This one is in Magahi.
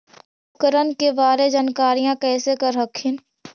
उपकरण के बारे जानकारीया कैसे कर हखिन?